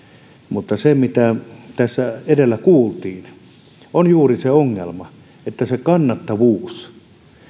mutta se mitä tässä edellä kuultiin on juuri se ongelma se kannattavuus